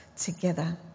together